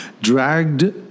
dragged